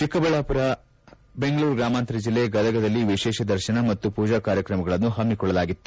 ಚಿಕ್ಕಬಳ್ಯಾಪುರ ಬೆಂಗಳೂರು ಗ್ರಾಮಾಂತರ ಜಿಲ್ಲೆ ಗದಗನಲ್ಲಿ ವಿಶೇಷ ದರ್ಶನ ಮತ್ತು ಪೂಜಾ ಕಾರಕ್ರಮಗಳನ್ನು ಹಮ್ಗಿಕೊಳ್ಳಲಾಗಿತ್ತು